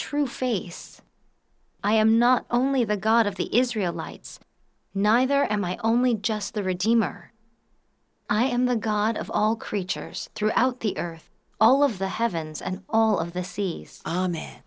true face i am not only the god of the israel lights neither am i only just the redeemer i am the god of all creatures throughout the earth all of the heavens and all of th